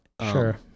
Sure